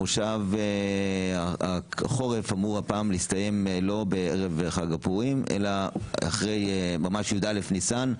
מושב החורף אמור הפעם להסתיים לא בערב חג הפורים אלא י"א ניסן,